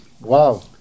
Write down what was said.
Wow